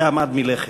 ועמד מלכת.